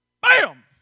bam